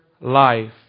life